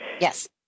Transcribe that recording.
Yes